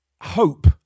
hope